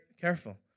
careful